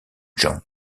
jones